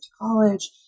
college